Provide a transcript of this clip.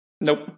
Nope